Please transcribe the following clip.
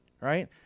right